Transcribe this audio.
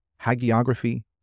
hagiography